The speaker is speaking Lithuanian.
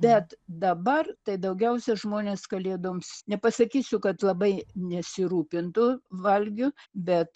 bet dabar tai daugiausia žmonės kalėdoms nepasakysiu kad labai nesirūpintų valgiu bet